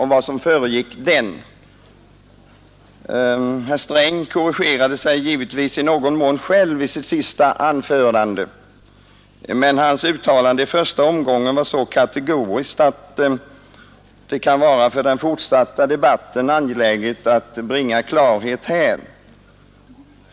Herr Sträng korrigerade sig visserligen i någon mån själv i sitt senaste anförande, men hans uttalande i första omgången var så kategoriskt att det för den fortsatta debatten kan vara angeläget att bringa klarhet i detta avseende.